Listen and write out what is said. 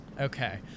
okay